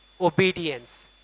obedience